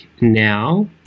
now